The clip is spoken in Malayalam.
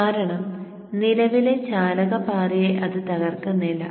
കാരണം നിലവിലെ ചാലക പാതയെ അത് തകർക്കുന്നില്ല